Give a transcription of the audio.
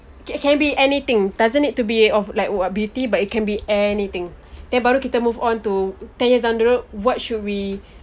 it can be anything doesn't need to be of like what beauty but it can be anything then baru kita move on to ten years down the road what should we